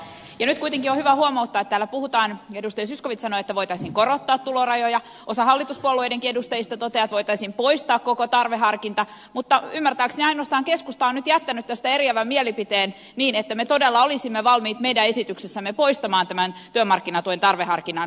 ja nyt kuitenkin on hyvä huomauttaa että edustaja zyskowicz sanoi että voitaisiin korottaa tulorajoja osa hallituspuolueidenkin edustajista toteaa että voitaisiin poistaa koko tarveharkinta mutta ymmärtääkseni ainoastaan keskusta on nyt jättänyt tästä eriävän mielipiteen niin että me todella olisimme valmiit meidän esityksessämme poistamaan tämän työmarkkinatuen tarveharkinnan kokonaan